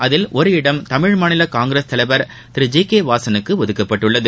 அதில் ஒரு இடம் தமிழ் மாநில காங்கிரஸ் தலைவா் திரு ஜி கே வாசனுக்கு ஒதுக்கப்பட்டுள்ளது